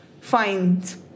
fines